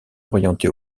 orientée